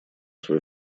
свой